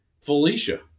Felicia